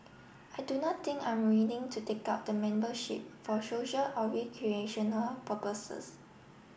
I do not think I'm willing to take up the membership for social or recreational purposes